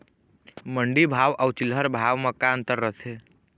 मंडी भाव अउ चिल्हर भाव म का अंतर रथे?